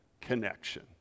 connection